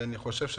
אני חייבת לספר